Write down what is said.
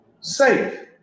safe